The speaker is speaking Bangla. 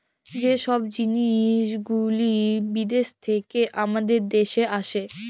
যে ছব জিলিস গুলা বিদ্যাস থ্যাইকে আমাদের দ্যাশে আসে